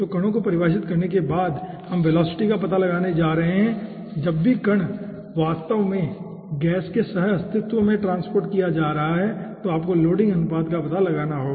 तो कणों को परिभाषित करने के बाद हम वेलोसिटी का पता लगाने के लिए जा रहे हैं और जब भी कण वास्तव में गैस के सह अस्तित्व में ट्रांसपोर्ट किया जा रहा है तो आपको लोडिंग अनुपात का पता लगाना है